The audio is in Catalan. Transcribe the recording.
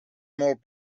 molt